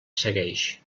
segueix